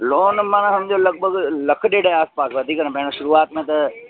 loan मां सम्झो लॻभॻि लखु ॾेढ जे आस पास वधीक न पहिरों शुरूआत में त